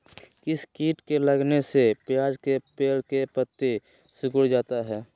किस किट के लगने से प्याज के पौधे के पत्ते सिकुड़ जाता है?